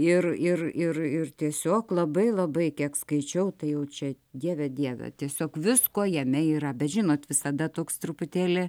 ir ir ir ir tiesiog labai labai kiek skaičiau tai jau čia dieve dieve tiesiog visko jame yra bet žinot visada toks truputėlį